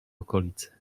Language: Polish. okolicy